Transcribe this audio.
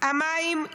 המים,